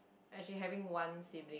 actually having one sibling